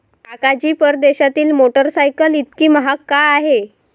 काका जी, परदेशातील मोटरसायकल इतकी महाग का आहे?